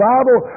Bible